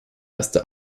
erste